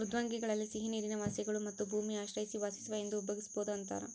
ಮೃದ್ವಂಗ್ವಿಗಳಲ್ಲಿ ಸಿಹಿನೀರಿನ ವಾಸಿಗಳು ಮತ್ತು ಭೂಮಿ ಆಶ್ರಯಿಸಿ ವಾಸಿಸುವ ಎಂದು ವಿಭಾಗಿಸ್ಬೋದು ಅಂತಾರ